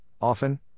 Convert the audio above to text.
often